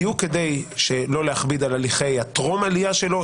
בדיוק כדי לא להכביד על הליכי הטרום עלייה שלו,